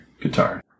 guitar